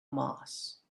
moss